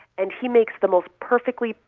and he makes the most perfectly,